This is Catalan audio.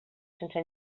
sense